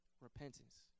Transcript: Repentance